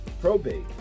probate